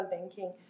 banking